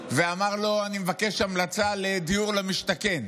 ואמר לו: אני מבקש המלצה לדיור למשתכן,